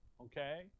Okay